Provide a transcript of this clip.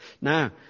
now